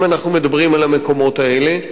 אם אנחנו מדברים על המקומות האלה,